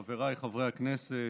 חבריי חברי הכנסת,